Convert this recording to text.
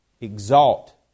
exalt